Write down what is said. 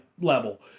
level